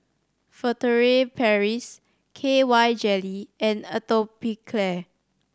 Furtere Paris K Y Jelly and Atopiclair